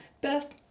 Beth